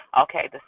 Okay